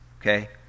Okay